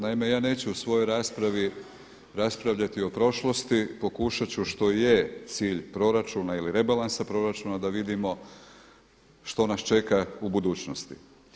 Naime ja neću u svojoj raspravi raspravljati o prošlosti, pokušati ću što i je cilj proračuna ili rebalansa proračuna da vidimo što nas čeka u budućnosti.